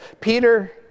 Peter